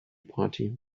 party